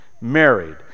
married